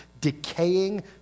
decaying